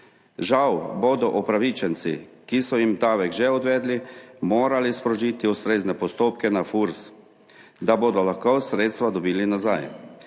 Žal bodo upravičenci, ki so jim davek že odvedli, morali sprožiti ustrezne postopke na FURS, da bodo lahko sredstva dobili nazaj.